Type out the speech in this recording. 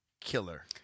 killer